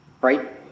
Right